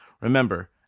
Remember